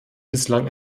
bislang